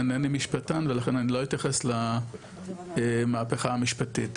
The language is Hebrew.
אינני משפטן ולכן אני לא אתייחס למהפכה המשפטית.